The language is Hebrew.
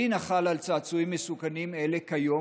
הדין החל על צעצועים מסוכנים אלה כיום,